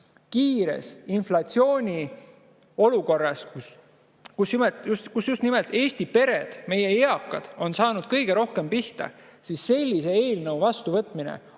kiires inflatsiooniolukorras, kus just nimelt Eesti pered, meie eakad on saanud kõige rohkem pihta, aitab sellise eelnõu vastuvõtmine